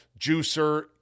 juicer